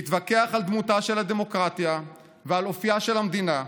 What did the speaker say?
נתווכח על דמותה של הדמוקרטיה ועל אופייה של המדינה,